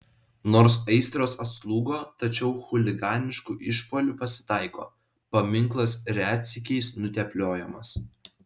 nors aistros atslūgo tačiau chuliganiškų išpuolių pasitaiko paminklas retsykiais nutepliojamas